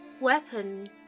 weapon